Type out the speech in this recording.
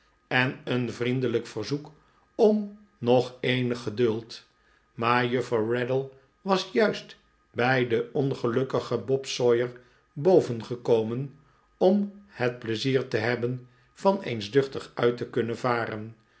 en een vriendelijk verzoek om nog eenig geduld maar juffrouw raddle was juist bij den ongelukkigen bob sawyer bovengekomen om het pleizier te hebben van eens duchtig uit te kunnen varen